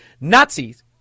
nazis